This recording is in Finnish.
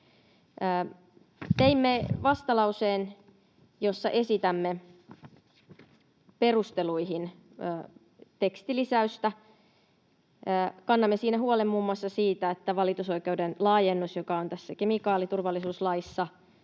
Teimme vastalauseen, jossa esitämme perusteluihin tekstilisäystä. Kannamme siinä huolen muun muassa siitä, että valitusoikeuden laajennus, joka on tässä kemikaaliturvallisuuslaissa,